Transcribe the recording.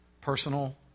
Personal